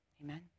Amen